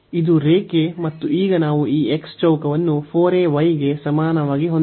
ಇದು ರೇಖೆ ಮತ್ತು ಈಗ ನಾವು ಈ x ಚೌಕವನ್ನು 4ay ಗೆ ಸಮಾನವಾಗಿ ಹೊಂದಿದ್ದೇವೆ